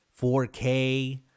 4k